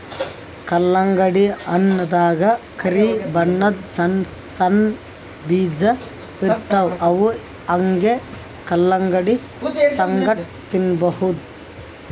ಕಲ್ಲಂಗಡಿ ಹಣ್ಣ್ ದಾಗಾ ಕರಿ ಬಣ್ಣದ್ ಸಣ್ಣ್ ಸಣ್ಣು ಬೀಜ ಇರ್ತವ್ ಅವ್ ಹಂಗೆ ಕಲಂಗಡಿ ಸಂಗಟ ತಿನ್ನಬಹುದ್